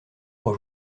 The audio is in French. pour